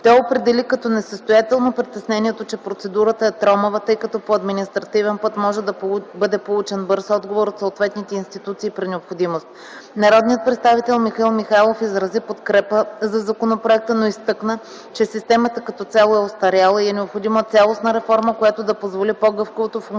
Той определи като несъстоятелно притеснението, че процедурата е тромава, тъй като по административен път може да бъде получен бърз отговор от съответните институции, при необходимост. Народният представител Михаил Михайлов изрази подкрепа за законопроекта, но изтъкна, че системата като цяло е остаряла и е необходима цялостна реформа, която да позволи по-гъвкавото функциониране